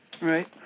Right